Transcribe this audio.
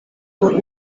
sur